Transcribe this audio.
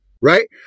right